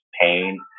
pain